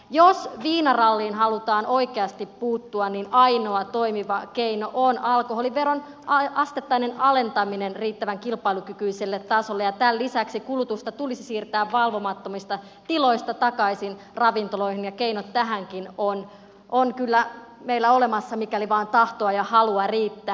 jos viinaralliin halutaan oikeasti puuttua niin ainoa toimiva keino on alkoholiveron asteittainen alentaminen riittävän kilpailukykyiselle tasolle ja tämän lisäksi kulutusta tulisi siirtää valvomattomista tiloista takaisin ravintoloihin ja keinot tähänkin ovat kyllä meillä olemassa mikäli vaan tahtoa ja halua riittää